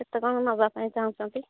କେତେ କ'ଣ ନେବା ପାଇଁ ଚାହୁଁଛନ୍ତି